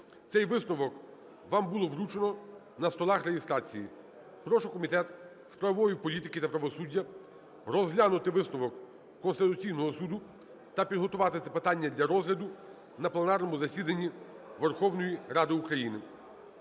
Цей висновок вам було вручено на столах реєстрації. Прошу комітет з правової політики та правосуддя розглянути висновок Конституційного Суду та підготувати це питання для розгляду на пленарному засіданні Верховної Ради України.